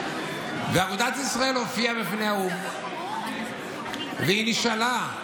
אגודת ישראל הופיעה בפני האו"ם והיא נשאלה: